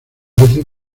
veces